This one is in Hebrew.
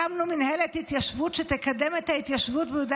הקמנו מינהלת התיישבות שתקדם את ההתיישבות ביהודה